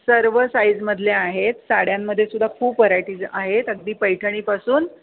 सर्व साईजमधले आहेत साड्यांमध्ये सुद्धा खूप व्हरायटीज आहेत अगदी पैठणीपासून